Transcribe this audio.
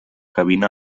cabina